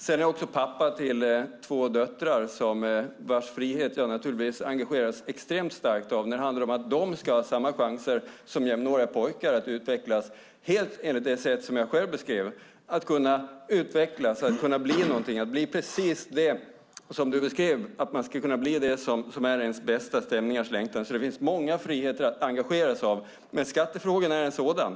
Jag är också pappa till två döttrar vars frihet jag naturligtvis engageras extremt starkt av när det handlar om att de ska ha samma chanser som jämnåriga pojkar att utvecklas, helt enligt det sätt som jag själv beskrev: att kunna utvecklas, att kunna bli någonting, att bli precis det du beskrev - det som är ens bästa stämningars längtan. Det finns alltså många friheter att engageras av, och skattefrågorna är en sådan.